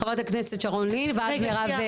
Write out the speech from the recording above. חברת הכנסת שרון ניר ואז מירב.